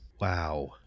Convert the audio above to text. Wow